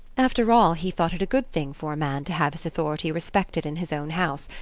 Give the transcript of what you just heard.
after all, he thought it a good thing for a man to have his authority respected in his own house,